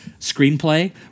screenplay